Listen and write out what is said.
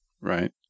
right